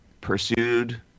Pursued